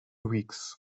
weeks